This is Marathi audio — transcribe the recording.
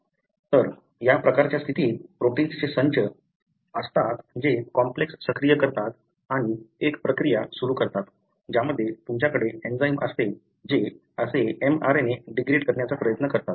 तर या प्रकारच्या स्थितीत प्रोटिन्सचे संच असतात जे कॉम्प्लेक्स सक्रिय करतात आणि एक प्रक्रिया सुरू करतात ज्यामध्ये तुमच्याकडे एंजाइम असते जे असे mRNA डिग्रेड करण्याचा प्रयत्न करतात